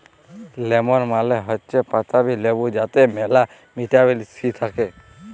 lemon মালে হৈচ্যে পাতাবি লেবু যাতে মেলা ভিটামিন সি থাক্যে